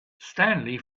stanley